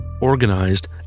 organized